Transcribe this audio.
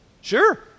Sure